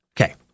Okay